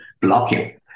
blocking